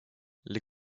les